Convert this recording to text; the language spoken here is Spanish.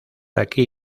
aquí